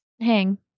hang